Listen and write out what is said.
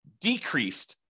decreased